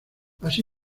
así